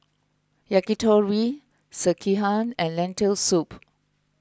Yakitori Sekihan and Lentil Soup